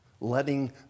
letting